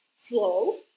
flow